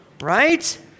right